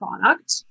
product